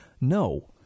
no